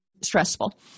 stressful